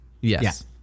Yes